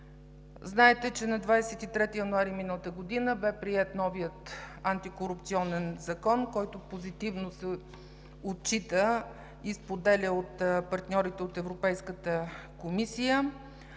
знаете, че на 23 януари миналата година бе приет новият Антикорупционен закон, който позитивно се отчита и споделя от партньорите от Европейската комисия.